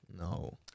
No